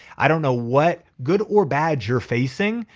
i don't know what good or bad you're facing,